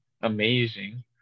amazing